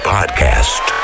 Podcast